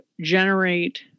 generate